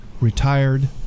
retired